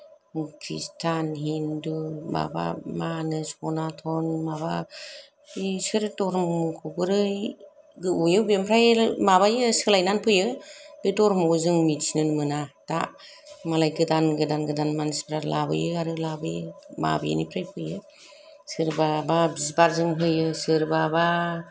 ख्रिस्थान हिन्दु माबा मा होनो सनाथन माबा इसोर धर्मखौ बोरै अबेनिफ्राय माबायो सोलायनानै फैयो बे धर्मखौ जों मिन्थिनोनो मोना दा मालाय गोदान गोदान गोदान मानसिफोरा लाबोयो आरो लाबोयो माबेनिफ्राय फैयो सोरबा बा बिबारजों होयो सोरबाबा